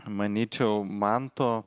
manyčiau manto